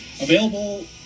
Available